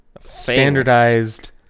standardized